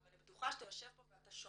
ואני בטוחה שאתה יושב פה ואתה שומע,